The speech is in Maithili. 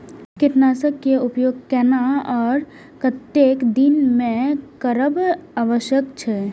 कीटनाशक के उपयोग केना आर कतेक दिन में करब आवश्यक छै?